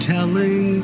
Telling